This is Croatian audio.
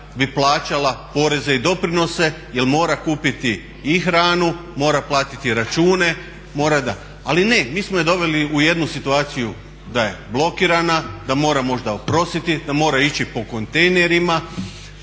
bi plaćala poreze i doprinose jer mora kupiti i hranu, mora platiti račune. Ali ne, mi smo je doveli u jednu situaciju da je blokirana, da mora možda oprostiti, da mora ići po kontejnerima.